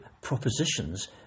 propositions